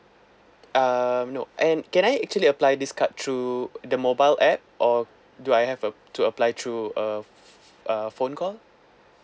um no and can I actually apply this card through the mobile app or do I have uh to apply through uh uh phone call